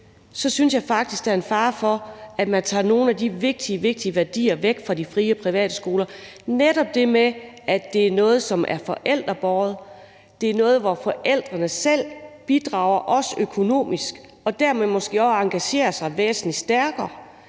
synes jeg faktisk, der er en fare for, at man tager nogle af de meget vigtige værdier væk fra de frie og private skoler. Det er netop det med, at det er noget, som er forældrebåret. Det er noget, hvor forældrene selv bidrager også økonomisk og dermed måske også engagerer sig væsentlig stærkere.